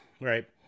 right